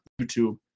YouTube